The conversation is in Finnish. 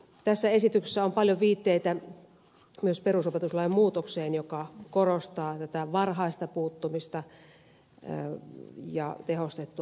tässä esityksessä on paljon viitteitä myös perusopetuslain muutokseen joka korostaa tätä varhaista puuttumista ja tehostettua tukea